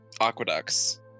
aqueducts